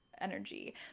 energy